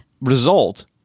result